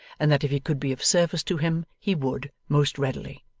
and that if he could be of service to him, he would, most readily.